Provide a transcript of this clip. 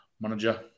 manager